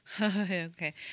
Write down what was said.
Okay